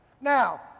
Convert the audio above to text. Now